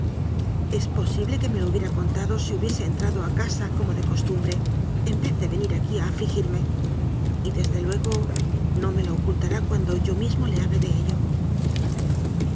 es posible que me lo hubiera contado si hubiese entrado en casa como de costumbre en vez de venir aquí a afligirme y desde luego no me lo ocultará cuan do yo mismo le hable de ello